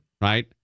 Right